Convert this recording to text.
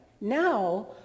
Now